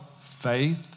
faith